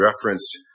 reference